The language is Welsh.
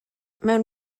mewn